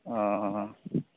ओ